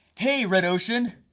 hey red ocean,